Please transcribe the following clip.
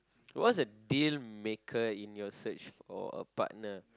what's a dealmaker in your search for a partner